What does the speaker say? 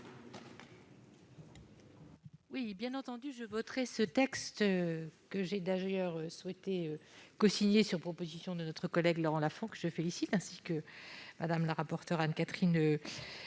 vote. Bien entendu, je voterai ce texte, que j'ai d'ailleurs souhaité cosigner, sur l'initiative de notre collègue Laurent Lafon, que je félicite, tout comme Mme la rapporteure Anne-Catherine